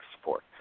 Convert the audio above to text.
support